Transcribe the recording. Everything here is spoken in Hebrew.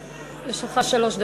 יש לך שלוש דקות.